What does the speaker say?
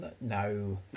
no